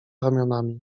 ramionami